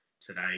today